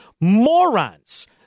morons